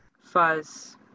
fuzz